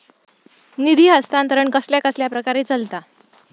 निधी हस्तांतरण कसल्या कसल्या प्रकारे चलता?